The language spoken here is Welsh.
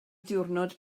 diwrnod